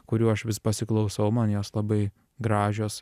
kurių aš vis pasiklausau man jos labai gražios